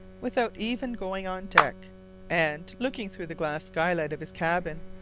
without even going on deck and, looking through the glass skylight of his cabin,